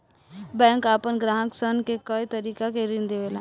bank आपना ग्राहक सन के कए तरीका के ऋण देवेला